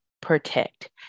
protect